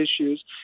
issues